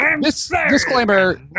disclaimer